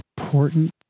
important